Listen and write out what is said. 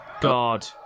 God